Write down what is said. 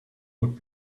would